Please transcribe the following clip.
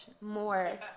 more